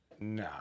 nah